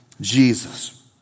Jesus